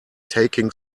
taking